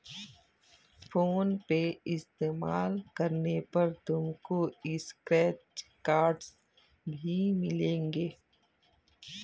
phone पे इस्तेमाल करने पर तुमको स्क्रैच कार्ड्स भी मिलेंगे